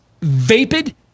vapid